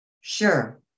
sure